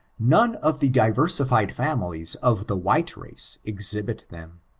none of the diversi fied families of the white race exhibit them.